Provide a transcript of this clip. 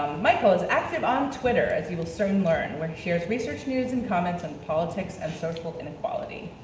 michael is active on twitter as you will soon learn where he shares research news and comments and politics and social inequality.